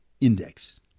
index